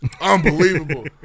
Unbelievable